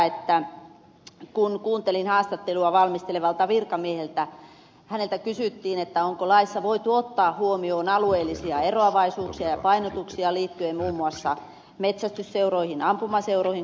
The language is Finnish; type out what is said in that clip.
kuuntelin valmistelevan virkamiehen haastattelua ja häneltä kysyttiin onko laissa voitu ottaa huomioon alueellisia eroavaisuuksia ja painotuksia liittyen muun muassa kuulumiseen metsästysseuroihin ja ampumaseuroihin